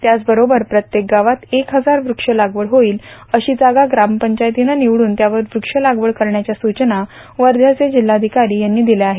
त्याचबरोबर प्रत्येक गावात एक हजार वृक्ष लागवड होईल अशी जागा ग्रामपंचायतीनं निवडून त्यावर वृक्ष लागवड करण्याच्या सूचना वर्ध्याचे जिल्हाधिकारी यांनी दिल्या आहेत